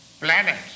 planets